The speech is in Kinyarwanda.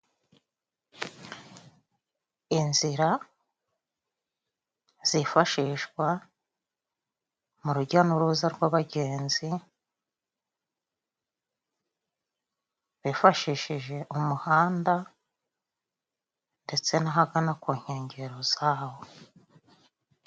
Inzira zifashishwa mu rujya n'uruza rw'abagenzi, bifashishije umuhanda, ndetse n' ahagana ku nkengero zawo.